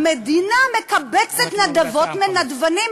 המדינה מקבצת נדבות מנדבנים,